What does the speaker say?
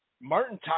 Martin